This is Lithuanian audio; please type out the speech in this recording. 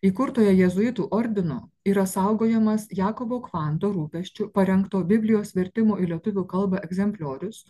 įkurtoje jėzuitų ordino yra saugojamas jakobo kvanto rūpesčiu parengto biblijos vertimo į lietuvių kalbą egzempliorius